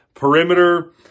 perimeter